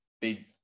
big